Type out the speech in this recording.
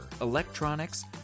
electronics